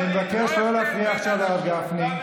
אני מבקש לא להפריע עכשיו לרב גפני.